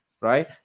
right